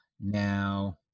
Now